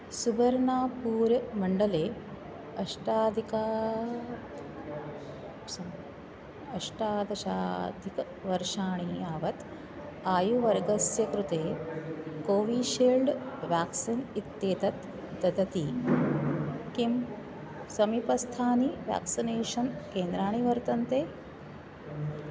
सुबर्नापुरमण्डले अष्टाधिक सं अष्टादशाधिकवर्षाणि यावत् आयुवर्गस्य कृते कोविशील्ड् व्याक्सीन् इत्येतत् ददति किं समीपस्थानि व्याक्सिनेषन् केन्द्राणि वर्तन्ते